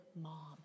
mom